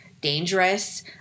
dangerous